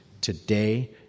Today